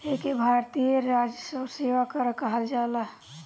एके भारतीय राजस्व सेवा कर कहल जाला